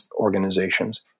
organizations